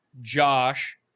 Josh